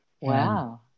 Wow